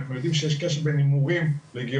אנחנו יודעים שיש קשר חזק בין הימורים לגירושים.